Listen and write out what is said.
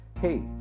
Hey